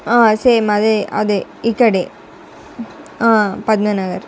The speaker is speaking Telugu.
సేమ్ అదే అదే ఇక్కడ పద్మా నగర్